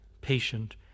patient